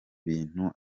bintu